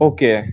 Okay